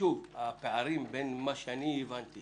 שוב, הפערים בין מה שאני הבנתי